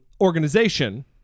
organization